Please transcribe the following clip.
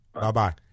bye-bye